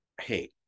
hey